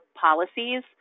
policies